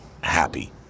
happy